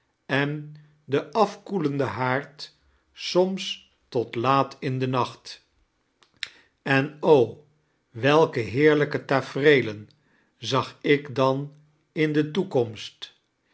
en den afkoelenden haard somtijds tot laat in den nacht en a welke heeirlijke tafereelen zag ik dan in de toekomsrt